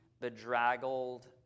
bedraggled